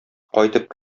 кайтып